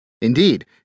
Indeed